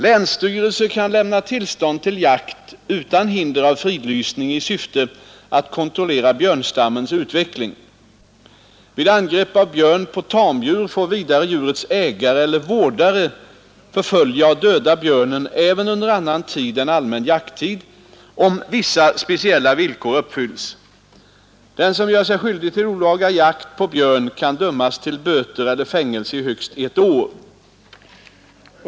Länsstyrelse kan lämna tillstånd till jakt utan hinder av fridlysning i syfte att kontrollera björnstammens utveckling. Vid angrepp av björn på tamdjur får vidare djurets ägare eller vårdare förfölja och döda björnen även under annan tid än allmän jakttid om vissa speciella villkor uppfylls. Den som gör sig skyldig till olaga jakt på björn kan dömas till böter eller fängelse i högst ett år.